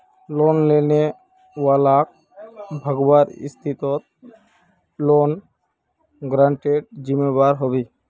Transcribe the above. loan लेने वालाक भगवार स्थितित लोन गारंटरेर जिम्मेदार ह बे